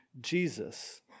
Jesus